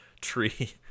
tree